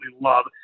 love